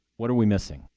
what are we missing?